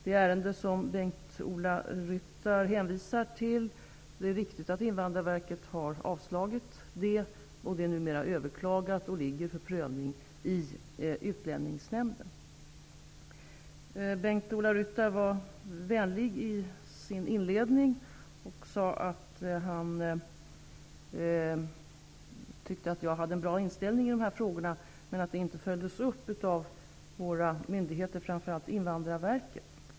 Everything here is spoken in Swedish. Det är riktigt att Invandrarverket har gett avslag på det ärende som Bengt-Ola Ryttar hänvisade till. Det är nu överklagat och ligger för prövning i Bengt-Ola Ryttar var vänlig i sin inledning. Han tyckte att jag hade en bra inställning i dessa frågor, men att den inte följdes upp av våra myndigheter, framför allt inte av Invandrarverket.